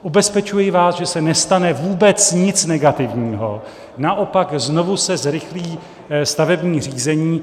Ubezpečuji vás, že se nestane vůbec nic negativního, naopak znovu se zrychlí stavební řízení.